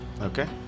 Okay